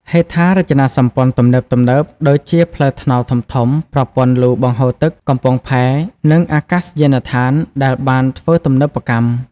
ហេដ្ឋារចនាសម្ព័ន្ធទំនើបៗ ដូចជាផ្លូវថ្នល់ធំៗ ប្រព័ន្ធលូបង្ហូរទឹក កំពង់ផែ និងអាកាសយានដ្ឋានដែលបានធ្វើទំនើបកម្ម។